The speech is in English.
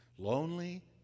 Lonely